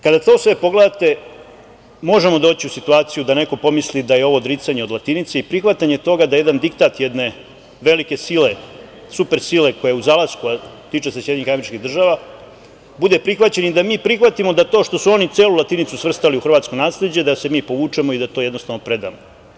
Kada to sve pogledate, možemo doći u situaciju da neko pomisli da je ovo odricanje od latinice i prihvatanje toga da jedan diktat jedne velike sile, super sile koja je u zalasku, a tiče se SAD, bude prihvaćen i da mi prihvatimo da to što su oni celu latinicu svrstali u hrvatsko nasleđe, da se mi povučemo i da to jednostavno predamo.